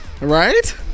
Right